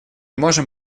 можем